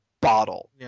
bottle